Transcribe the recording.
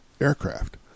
aircraft